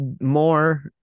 more